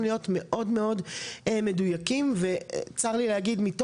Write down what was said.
להיות מאוד מאוד מדויקים וצר לי להגיד כאחת שנמצאת